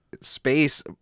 space